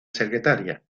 secretaria